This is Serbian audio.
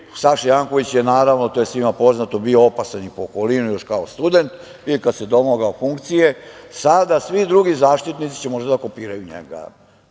Janković je naravno, to je svima poznato, bio opasan i po okolinu još kao student i kada se domogao funkcije sada svi drugi zaštitnici će možda da okupiraju njega,